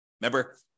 Remember